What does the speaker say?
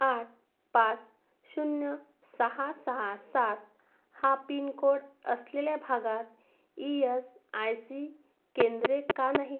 आठ पाच शून्य सहा सहा सात हा पिनकोड असलेल्या भागात ई यस आय सी केंद्रे का नाहीत